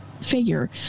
figure